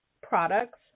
products